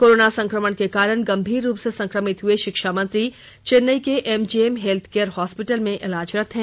corona संक्रमण के कारण गंभीर रूप से संक्रमित हुए शिक्षा मंत्री चेन्नई के एमजीएम हेल्थकेयर हॉस्पिटल में इलाजरत हैं